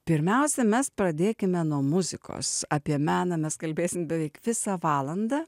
pirmiausia mes pradėkime nuo muzikos apie meną mes kalbėsim beveik visą valandą